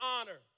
honor